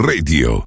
Radio